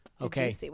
okay